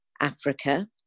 Africa